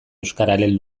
euskararen